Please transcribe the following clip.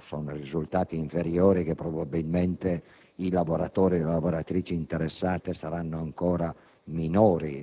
sono risultati inferiori, che probabilmente le lavoratrici e i lavoratori interessati saranno ancora